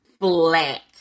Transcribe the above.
Flat